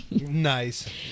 Nice